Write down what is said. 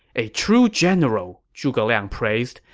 a true general, zhuge liang praised.